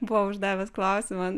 buvo uždavęs klausimą